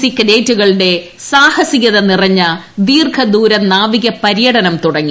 C കേഡറ്റുകളുടെ സാഹസികത നിറഞ്ഞ ദീർഘദൂര നാവിക പര്യടനം തുടങ്ങി